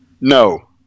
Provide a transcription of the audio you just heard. No